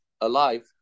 alive